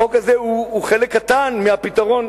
החוק הזה הוא חלק קטן מהפתרון,